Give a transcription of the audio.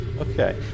Okay